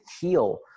heal